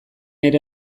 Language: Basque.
ere